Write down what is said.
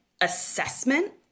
assessment